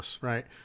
right